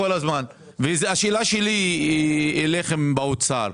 השאלה שלי אל האוצר.